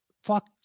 fuck